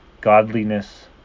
godliness